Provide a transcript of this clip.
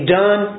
done